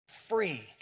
free